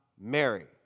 Mary